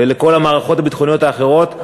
ולכל המערכות הביטחוניות האחרות,